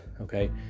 okay